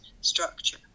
structure